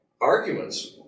arguments